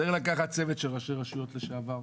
צריך לקחת צוות של ראשי רשויות לשעבר,